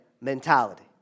mentality